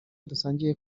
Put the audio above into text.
dusangiye